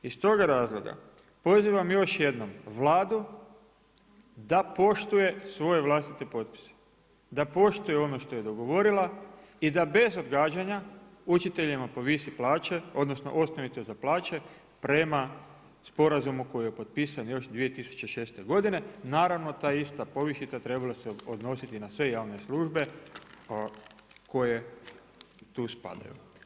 Iz toga razloga pozivam još jednom Vladu da poštuje svoje vlastite potpise, da poštuje ono što je dogovorila i da bez odgađanja učiteljima povisi plaće odnosno osnovice za plaće prema sporazumu koji je potpisan još 2006. godine, naravno ta ista povišica trebala se odnositi na sve javne službe koje tu spadaju.